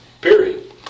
Period